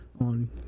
on